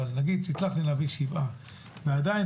אבל נגיד שהצלחתם להביא שבעה ועדיין